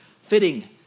Fitting